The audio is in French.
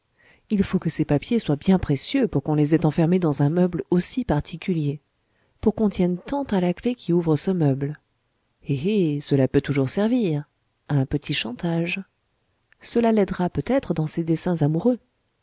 il faut que ces papiers soient bien précieux pour qu'on les ait enfermés dans un meuble aussi particulier pour qu'on tienne tant à la clef qui ouvre ce meuble eh eh cela peut toujours servir à un petit chantage cela l'aidera peut-être dans ses desseins amoureux